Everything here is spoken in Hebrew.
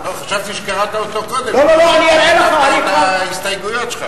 לא, חשבתי שקראת אותו קודם, את ההסתייגויות שלך.